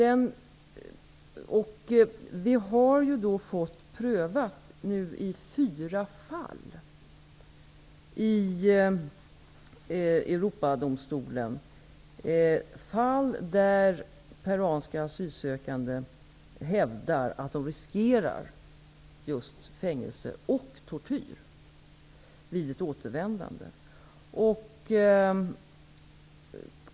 Europadomstolen har prövat fyra fall där peruanska asylsökande hävdat att de riskerar just fängelse och tortyr vid ett återvändande.